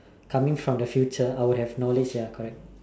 coming from the future I'll have knowledge ya correct